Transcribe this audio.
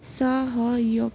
सहयोग